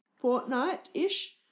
fortnight-ish